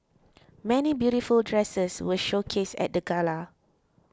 many beautiful dresses were showcased at the gala